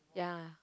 ya